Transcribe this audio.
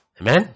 Amen